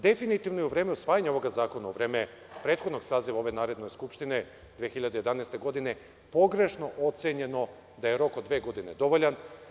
Definitivno je u vreme usvajanja ovog zakona, u vreme prethodnog saziva ove Narodne skupštine 2011. godine pogrešno ocenjeno da je rok od dve godine dovoljan.